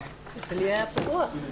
וגם על הרוח ששררה בוועדה הזו.